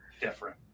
different